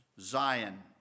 Zion